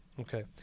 Okay